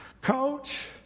coach